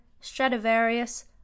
stradivarius